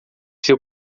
seu